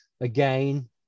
again